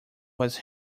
was